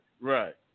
Right